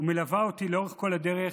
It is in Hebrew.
ומלווה אותי לאורך כל הדרך,